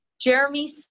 Jeremy